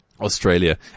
Australia